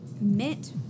Mint